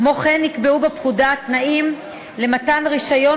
כמו כן נקבעו בפקודה התנאים למתן רישיון